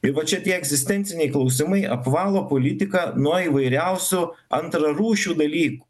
ir va čia tie egzistenciniai klausimai apvalo politiką nuo įvairiausių antrarūšių dalykų